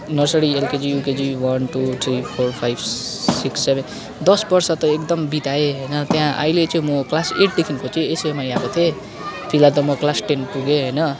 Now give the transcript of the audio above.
nursery LKG UKG one two three four five six seven दस वर्ष त एकदम बिताएँ होइन त्यहाँ अहिले चाहिँ म क्लास एटदेखिको चाहिँ एसयुएमआई आएको थिएँ फिलहाल त म क्लास टेन पुगेँ होइन